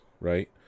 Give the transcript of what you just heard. Right